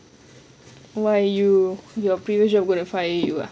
why you your previous job gonna fire you ah